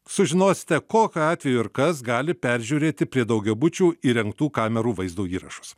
sužinosite kokiu atveju ir kas gali peržiūrėti prie daugiabučių įrengtų kamerų vaizdo įrašus